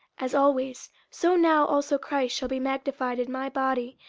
as always, so now also christ shall be magnified in my body,